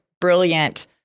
brilliant